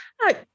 Hi